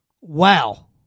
Wow